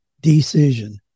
decision